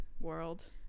world